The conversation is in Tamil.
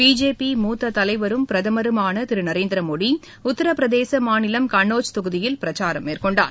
பிஜேபி மூத்ததலைவரும் பிரதமருமானதிருநரேந்திரமோடி உத்தரப்பிரதேசமாநிலம் கன்னோச் தொகுதியில் பிரச்சாரம் மேற்கொண்டார்